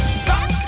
stop